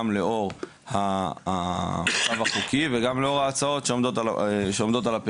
גם לאור המצב החוקי וגם לאור ההצעות שעומדות על הפרק.